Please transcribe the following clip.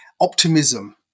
optimism